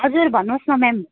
हजुर भन्नुहोस् न म्याम